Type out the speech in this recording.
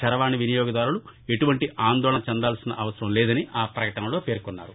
చరవాణి వినియోగదారులు ఎటువంటి ఆందోళన చెందాల్సిన అవసరం లేదని ఆ పకటనలో పేర్కొన్నారు